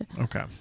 Okay